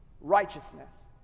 righteousness